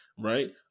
Right